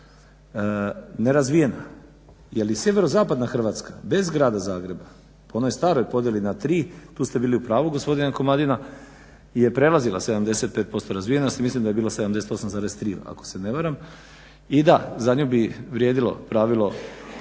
nerazvijena. Je li sjeverozapadna Hrvatska bez grada Zagreba po onoj staroj podjeli na tri, tu ste bili u pravu gospodine Komadina je prelazila 75% razvijenosti. Mislim da je bilo 78,3 ako se ne varam. I da za nju bi vrijedilo pravilo